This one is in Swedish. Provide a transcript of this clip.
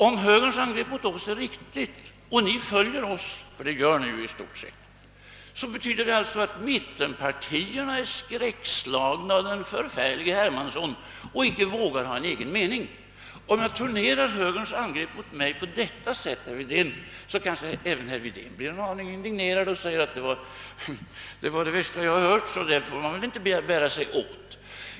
Om högerns attack mot oss är riktig och ni följer oss — det gör ni ju i stort sett — innebär det att mittenpartierna är skräckslagna av den förfärlige herr Hermansson och icke vågar ha en egen mening. Om jag turnerar. högerns angrepp mot mig på detta sätt, kanske även herr Wedén blir en aning indignerad och säger: Det var det värsta jag har hört. Så där får man väl ändå inte bära sig åt!